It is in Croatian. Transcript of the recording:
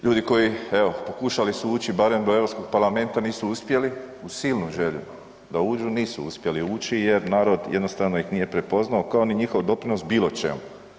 Ljudi koji evo, pokušali su ući barem do Europskog parlamenta nisu uspjeli, silno žele da uđu, nisu uspjeli ući jer narod jednostavno ih nije prepoznao kao ni njihov doprinos bilo čemu.